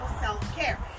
self-care